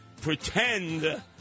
pretend